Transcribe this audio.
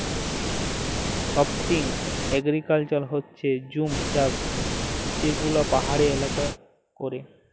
shifting agriculture হচ্যে জুম চাষ যে গুলা পাহাড়ি এলাকায় ক্যরে